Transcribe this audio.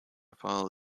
follow